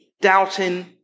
doubting